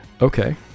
okay